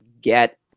get